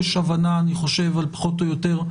יש הבנה, פחות או יותר,